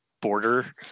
border